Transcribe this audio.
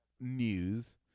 news